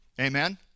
Amen